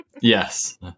Yes